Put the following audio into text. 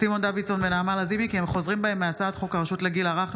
סימון דוידסון ונעמה לזימי כי הם חוזרים בהם מהצעת חוק הרשות לגיל הרך,